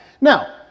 Now